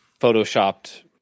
photoshopped